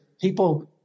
people